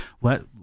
let